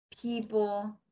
people